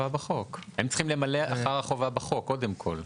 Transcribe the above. הם צריכים למלא אחר החובה בחוק, קודם כל.